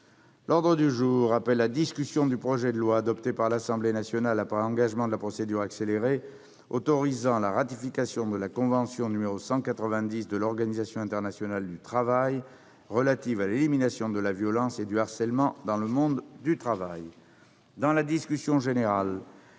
L'ordre du jour appelle la discussion du projet de loi, adopté par l'Assemblée nationale après engagement de la procédure accélérée, autorisant la ratification de la Convention n° 190 de l'Organisation internationale du travail relative à l'élimination de la violence et du harcèlement dans le monde du travail